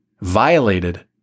violated